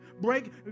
break